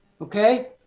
Okay